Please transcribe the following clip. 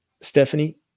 stephanie